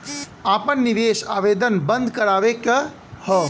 आपन निवेश आवेदन बन्द करावे के हौ?